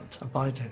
abiding